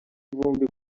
vumbi